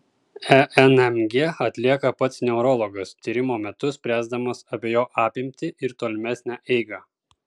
enmg atlieka pats neurologas tyrimo metu spręsdamas apie jo apimtį ir tolimesnę eigą